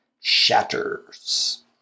shatters